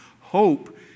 Hope